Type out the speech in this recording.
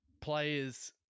players